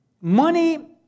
money